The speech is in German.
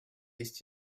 ist